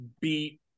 beat